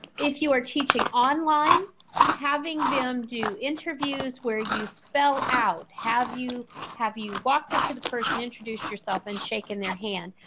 if you are teaching online having them do interviews where you spell out have you have you walked up to the person introduced yourself and shake in their hand.